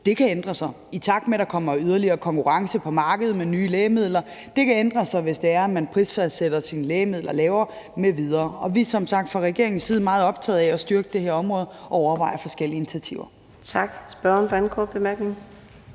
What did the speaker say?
Det kan ændre sig, i takt med at der kommer yderligere konkurrence på markedet med nye lægemidler; det kan ændre sig, hvis man prisfastsætter sine lægemidler lavere m.v. Og vi er som sagt fra regeringens side meget optaget af at styrke det her område og overvejer forskellige initiativer. Kl. 12:02 Fjerde næstformand